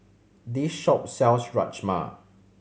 this shop sells Rajma